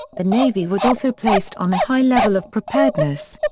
the navy was also placed on a high level of preparedness.